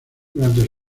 durante